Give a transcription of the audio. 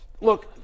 Look